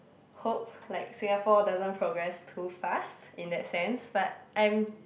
hope like Singapore doesn't progress too fast in that sense but I'm